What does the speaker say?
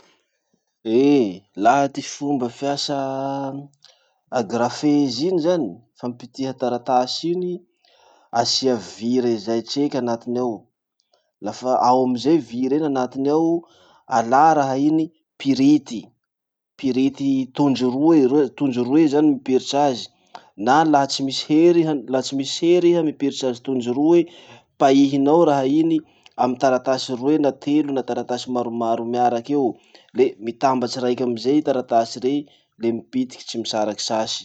Laha ty fomba fiasa agrafeuse iny zany, fampipitiha taratasy iny, asia vy re zay tseky anatiny ao. Lafa ao amizay vy reny anatiny ao, alà raha iny pirity. Pirity tondro roy- roe tondro roe zany mipiritsy azy, na laha tsy misy hery iha laha tsy misy hery iha mipiritsy azy tondro roe, paihinao raha iny amy taratasy roe na telo na taratasy maromaro miaraky eo. Le mitambatsy raiky amizay taratasy rey, le mipitiky tsy misaraky sasy.